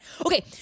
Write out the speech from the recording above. Okay